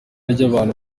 ry’abantu